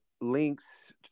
links